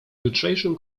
jutrzejszym